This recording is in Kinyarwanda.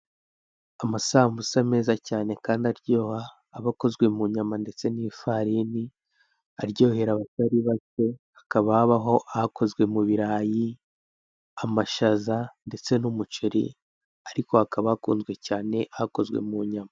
Amasambusa meza cyane kandi aryoha aba akoze munyama ndetse n'ifarini, aryohera abatari bake hakaba habaho akozwe mubirayi amashyaza ndetse n'umuceri, ariko hakaba hakunzwe cyane akozwe munyama.